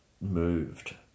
moved